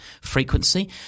frequency